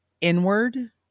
inward